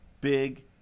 big